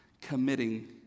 committing